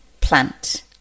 plant